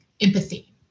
empathy